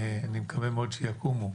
שאני מקווה מאוד שיקומו,